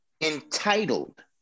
entitled